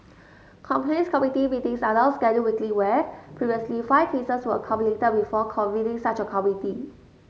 complaints committee meetings are now scheduled weekly where previously five cases were accumulated before convening such a committee